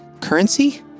Currency